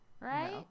Right